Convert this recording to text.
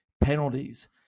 penalties